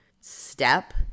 step